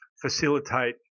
facilitate